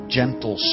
gentle